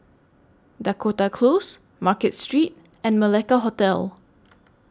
Dakota Close Market Street and Malacca Hotel